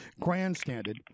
grandstanded